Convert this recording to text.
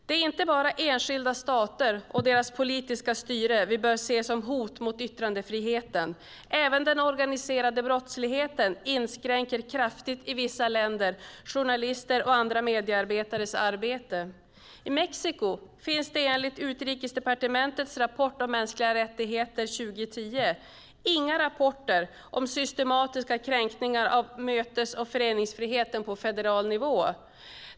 Det är inte bara enskilda stater och deras politiska styre vi bör se som hot mot yttrandefriheten. Även den organiserade brottsligheten inskränker i vissa länder kraftigt journalisters och andra mediearbetares arbete. I Mexico finns det enligt Utrikesdepartementets rapport om mänskliga rättigheter från 2010 inga rapporter om systematiska kränkningar av mötes och föreningsfriheten på federal nivå.